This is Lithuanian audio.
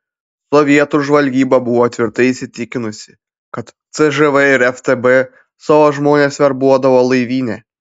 sovietų žvalgyba buvo tvirtai įsitikinusi kad cžv ir ftb savo žmones verbuodavo laivyne